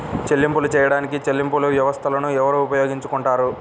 చెల్లింపులు చేయడానికి చెల్లింపు వ్యవస్థలను ఎవరు ఉపయోగించుకొంటారు?